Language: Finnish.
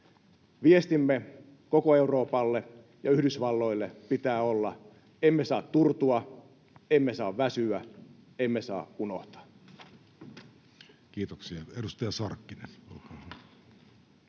Viestimme koko Euroopalle ja Yhdysvalloille pitää olla: emme saa turtua, emme saa väsyä, emme saa unohtaa. Kiitoksia. — Edustaja Sarkkinen, olkaa hyvä.